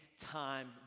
time